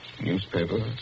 newspapers